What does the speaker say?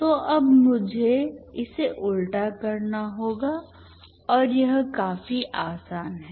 तो अब मुझे इसे उल्टा करना होगा और यह काफी आसान है